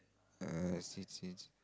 yes he thinks